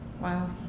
Wow